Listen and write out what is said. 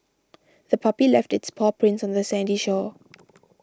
the puppy left its paw prints on the sandy shore